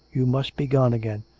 you must begone again.